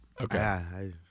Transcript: Okay